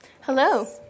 Hello